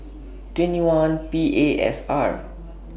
twenty one P A S R